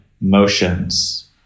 motions